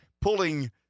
pulling